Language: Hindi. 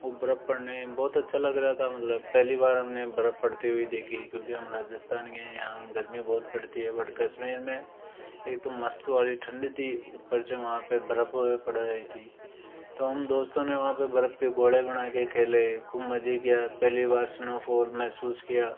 और बर्फ़ पड़ने बहुत अच्छा लग रहा था मतलब पहली बार हमने बर्फ़ पड़ते हुए देखी क्योंकि हम राजस्थान के हैं यहाँ गर्मी बहुत पड़ती हैं बट कश्मीर में एक तो मस्त वाली ठंडी थी ऊपर जो वहाँ पें बर्फ़ पड़ रही थी तो हम दोस्तों ने वहाँ पे बर्फ के गोले बनाके खेले खूब मजे किया पहली बार स्नोफॉल महसूस किया